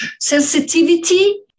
sensitivity